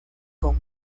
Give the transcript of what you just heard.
con